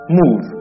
move